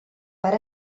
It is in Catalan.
per